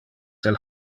del